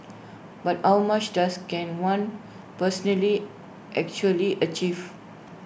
but how much does can one personally actually achieve